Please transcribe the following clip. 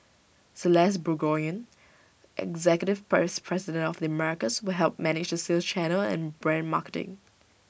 celeste Burgoyne executive price president of the Americas will help manage the sales channel and brand marketing